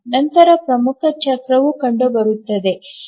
ನಂತರ ಪ್ರಮುಖ ಚಕ್ರವು ಕಂಡುಬರುತ್ತದೆ